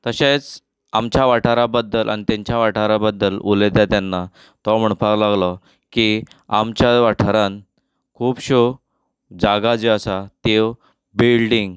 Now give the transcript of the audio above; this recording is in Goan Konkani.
तशेंच आमच्या वाठारा बद्दल आनी तेंच्या वाठारा बद्दल उलयता तेन्ना तो म्हणपाक लागलो की आमच्या वाठारांत खुबश्यो जागा जीं आसात त्यो बिल्डींग